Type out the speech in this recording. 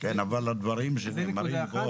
אבל הדברים שנאמרים פה,